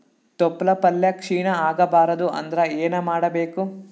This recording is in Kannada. ತೊಪ್ಲಪಲ್ಯ ಕ್ಷೀಣ ಆಗಬಾರದು ಅಂದ್ರ ಏನ ಮಾಡಬೇಕು?